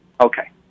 okay